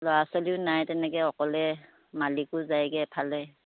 ল'ৰা ছোৱালীও নাই তেনেকৈ অকলে মালিকো যায়গে এফালে